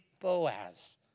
Boaz